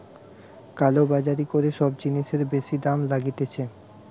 কালো বাজারি করে সব জিনিসের বেশি দাম লইতেছে